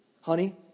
Honey